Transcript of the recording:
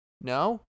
No